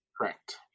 Correct